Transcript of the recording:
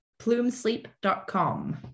PlumeSleep.com